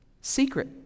Secret